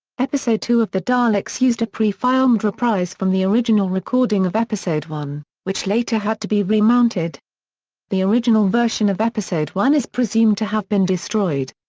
episode two of the daleks used a prefilmed reprise from the original recording of episode one, which later had to be remounted the original version of episode one is presumed to have been destroyed.